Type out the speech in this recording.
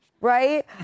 Right